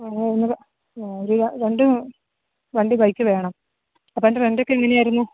അതാണ് ഞങ്ങൾ രണ്ട് വണ്ടി ബൈക്ക് വേണം അപ്പം അതിൻ്റെ റെന്റ് ഒക്കെ എങ്ങനെയായിരുന്നു